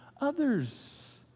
others